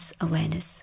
awareness